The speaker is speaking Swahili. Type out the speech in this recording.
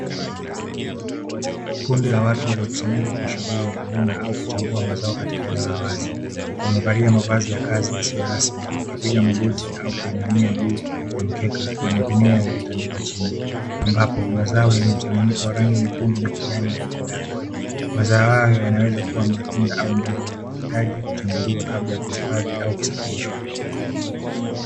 Kundi la watu waliokusanyika kwa shughuli ya kuvuna au kuchambua mazao katika eneo la wazi wamevalia mavazi ya kazi yasiyo rasmi wakipiga magoti au kuinamia juu ya mkeka na magunia yaliyotandikwa chini ambapo mazao yenye mchanganyiko wa rangi nyekundu na kijani yametandazwa, mazao hayo yanaweza kuwa matunda au mbegu yanayohitaji kuchambuliwa kabla ya kuhifadhi au kusafirishwa.